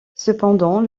cependant